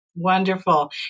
Wonderful